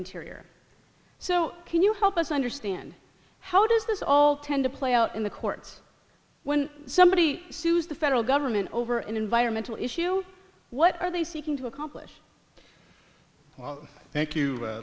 interior so can you help us understand how does this all tend to play out in the courts when somebody sues the federal government over an environmental issue what are they seeking to accomplish well thank you